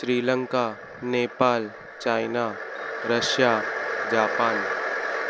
Sri Lanka Nepal China Russia Japan